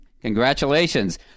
Congratulations